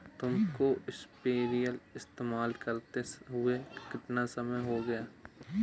तुमको स्प्रेयर इस्तेमाल करते हुआ कितना समय हो गया है?